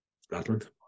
Scotland